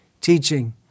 teaching